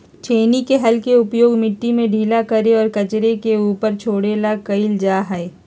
छेनी के हल के उपयोग मिट्टी के ढीला करे और कचरे के ऊपर छोड़े ला कइल जा हई